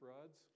rods